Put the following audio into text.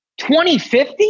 2050